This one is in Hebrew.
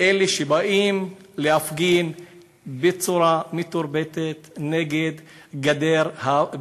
לאלה שבאים להפגין בצורה מתורבתת נגד גדר